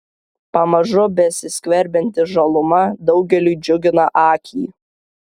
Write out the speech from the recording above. pamažu besiskverbianti žaluma daugeliui džiugina akį